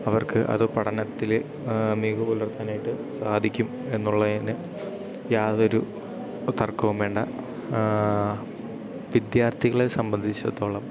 അവർക്ക് അത് പഠനത്തിൽ മികവ് പുലർത്താനായിട്ട് സാധിക്കും എന്നുള്ളതിനു യാതൊരു തർക്കവും വേണ്ട വിദ്യാർത്ഥികളെ സംബന്ധിച്ചിടത്തോളം